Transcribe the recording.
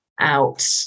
out